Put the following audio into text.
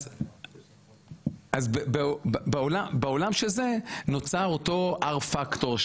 אז בעולם של זה נוצר אותו R factor,